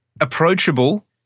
approachable